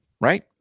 right